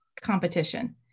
competition